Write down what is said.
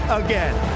again